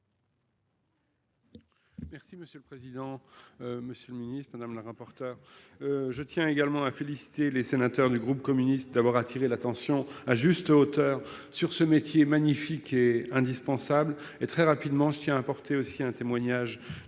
monsieur le président. Monsieur le Ministre, madame la rapporteure. Je tiens également à féliciter les sénateurs du groupe communiste d'avoir attiré l'attention à juste hauteur sur ce métier magnifique et indispensable et très rapidement je tiens à apporter aussi un témoignage de l'expérience